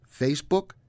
Facebook